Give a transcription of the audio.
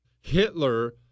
Hitler